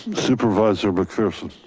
supervisor mcpherson.